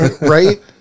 right